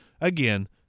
again